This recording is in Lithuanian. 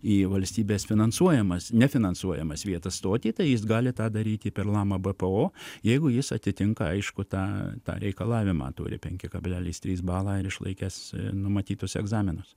į valstybės finansuojamas nefinansuojamas vietas stoti tai jis gali tą daryti per lama bpo jeigu jis atitinka aišku tą tą reikalavimą turi penki kablelis trys balą ir išlaikęs numatytus egzaminus